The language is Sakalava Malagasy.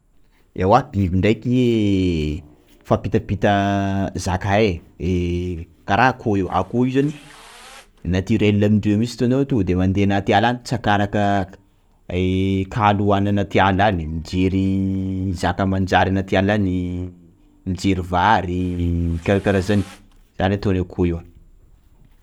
Ewa, biby ndraiky mifampitapita zaka hay, kara akoho io, akoho io zany naturel amindreo mintsy hitanao tonga tode mandeha anaty ala any mitsakaraka kaly hoaniny anaty ala any, mijery zaka manjary anaty ala any; mijery vary, karakaraha zany, zany ataon'io akoho io.